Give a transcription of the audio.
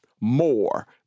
more